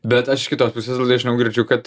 bet aš iš kitos pusės dažniau girdžiu kad